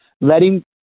letting